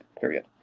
Period